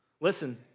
Listen